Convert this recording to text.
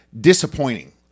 disappointing